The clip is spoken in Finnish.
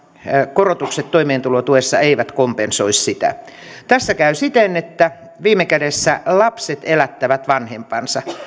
korotukset toimeentulotuessa eivät kompensoi sitä tässä käy siten että viime kädessä lapset elättävät vanhempansa